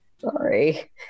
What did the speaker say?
Sorry